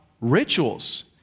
rituals